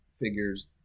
figures